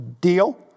deal